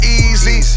easy